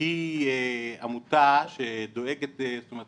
היא עמותה שיש להם